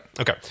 Okay